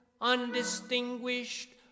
undistinguished